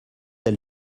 elle